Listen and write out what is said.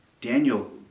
Daniel